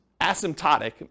asymptotic